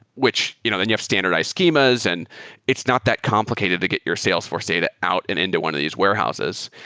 which you know then you have standardized schemas and it's not that complicated to get your salesforce data out and into one of these warehouses.